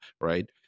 right